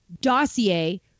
dossier